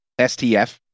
STF